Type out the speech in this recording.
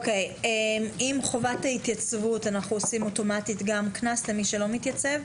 האם אנחנו עושים אוטומטית גם קנס עם חובת ההתייצבות למי שלא התייצב?